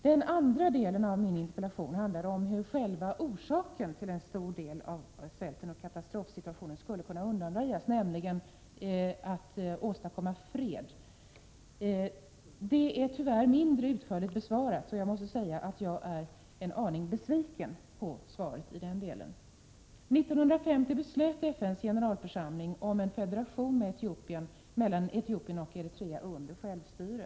Den andra delen av interpellationen handlar om hur själva orsaken till en stor del av svälten och katastrofsituationen skulle kunna undanröjas, hur man med andra ord skulle kunna åstadkomma fred. Jag måste säga att jag är en aning besviken på den delen av svaret. Den är tyvärr mindre utförligt besvarad. År 1950 beslöt FN:s generalförsamling om en federation mellan Etiopien och Eritrea under självstyre.